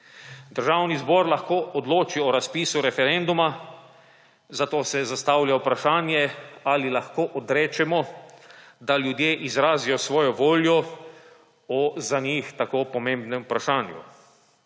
Državni zbor lahko odloči o razpisu referenduma, zato se zastavlja vprašanje, ali lahko odrečemo, da ljudje izrazijo svojo voljo o za njih tako pomembnem vprašanju.